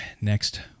next